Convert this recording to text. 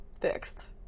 fixed